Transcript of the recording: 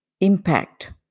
impact